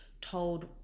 told